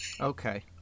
Okay